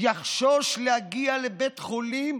יחשוש להגיע לבית חולים,